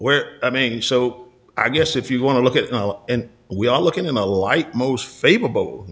where i mean so i guess if you want to look at it and we are looking in the light most favorable